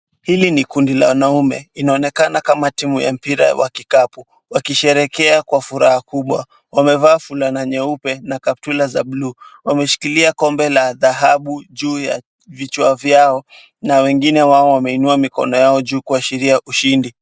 Hili ni kundi la wanaume. Inaonekana kama timu ya mpira wa kikapu wakisheherekea kwa furaha kubwa. Wamevaa fulana nyeupe na kaptula za buluu. Wameshikilia kombe la dhahabu juu ya vichwa vyao na wengine wao wameinua mikono yao juu kuashiria ushindi.